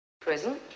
Prison